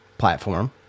platform